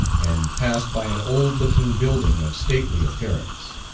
and passed by an old looking building of stately appearance,